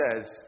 says